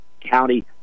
county